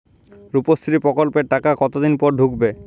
রুপশ্রী প্রকল্পের টাকা কতদিন পর ঢুকবে?